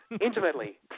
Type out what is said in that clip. Intimately